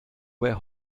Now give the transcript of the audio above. were